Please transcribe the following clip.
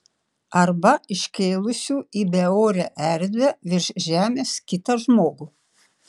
arba iškėlusių į beorę erdvę virš žemės kitą žmogų